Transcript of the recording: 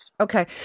Okay